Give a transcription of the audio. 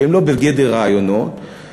שהם לא בגדר רעיונות,